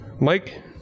Mike